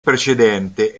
precedente